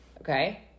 okay